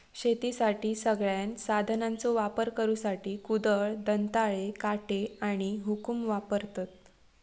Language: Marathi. शेतीखातीर सगळ्यांत साधनांचो वापर करुसाठी कुदळ, दंताळे, काटे आणि हुकुम वापरतत